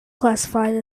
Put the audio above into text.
classified